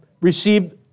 received